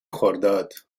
خرداد